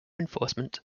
enforcement